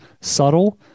subtle